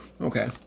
Okay